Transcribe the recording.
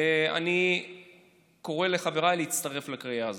ואני קורא לחבריי להצטרף לקריאה הזאת.